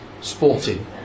sporting